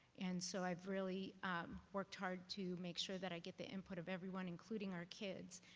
and so, i've really worked hard to make sure that i get the input of everyone including our kids.